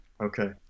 Okay